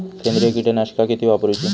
सेंद्रिय कीटकनाशका किती वापरूची?